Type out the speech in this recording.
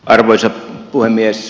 arvoisa puhemies